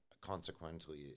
consequently